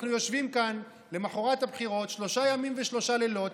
אנחנו יושבים כאן למוחרת הבחירות שלושה ימים ושלושה לילות,